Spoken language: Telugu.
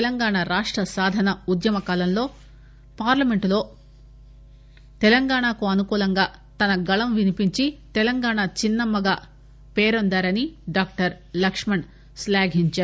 తెలంగాణ రాష్ట సాధన ఉద్యమకాలంలో పార్లమెంటులో తెలంగాణకు అనుకూలంగా తన గళం వినిపించి తెలంగాణ చిన్నమ్మ పేరొందారని డాక్టర్ లక్ష్మణ్ శ్లాఘించారు